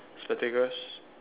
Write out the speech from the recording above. spectacles